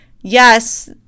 yes